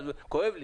כואב לי,